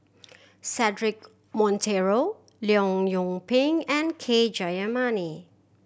Cedric Monteiro Leong Yoon Pin and K Jayamani